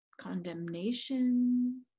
condemnation